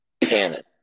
canon